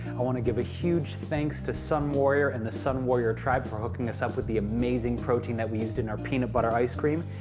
i want to give a huge thanks to sun warrior and the sun warrior tribe for hooking us up with the amazing protein that we used in our peanut butter ice cream.